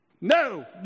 No